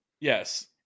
Yes